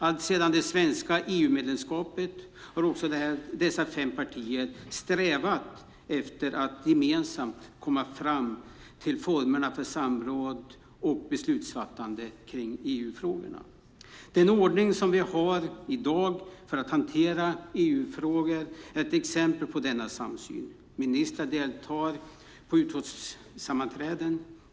Alltsedan det svenska EU-medlemskapets början har också dessa fem partier strävat efter att gemensamt komma fram till formerna för samråd och beslutsfattande i EU-frågorna. Den ordning som vi har i dag för att hantera EU-frågor är ett exempel på denna samsyn. Ministrar deltar på utskottssammanträden.